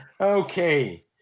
Okay